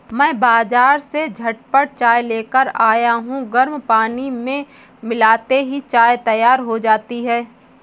मैं बाजार से झटपट चाय लेकर आया हूं गर्म पानी में मिलाते ही चाय तैयार हो जाती है